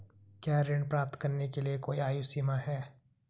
क्या ऋण प्राप्त करने के लिए कोई आयु सीमा है?